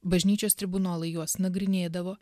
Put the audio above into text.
bažnyčios tribunolai juos nagrinėdavo